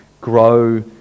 grow